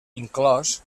inclòs